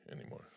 anymore